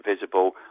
visible